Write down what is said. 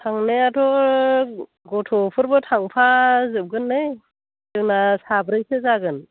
थांनायाथ' गथ'फोरबो थांफाजोबगोन नै जोंना साब्रैसो जागोन